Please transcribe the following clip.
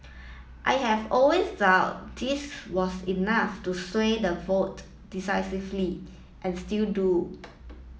I have always doubt this was enough to sway the vote decisively and still do